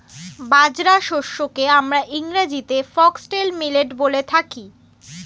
বাজরা শস্যকে আমরা ইংরেজিতে ফক্সটেল মিলেট বলে থাকি